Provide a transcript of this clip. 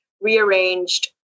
rearranged